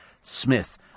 Smith